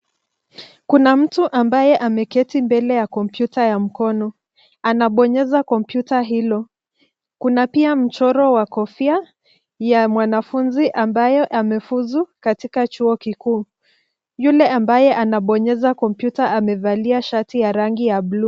Kuna mtu ambaye ameketi mbele ya kompyuta ya mkono. Anabonyeza kompyuta hilo, kuna pia mchoro wa kofia ya mwanafuzi ambayo amefuzu katika chuo kikuu. Yule ambaye anabonyeza kompyuta amevalia shati ya rangi ya buluu.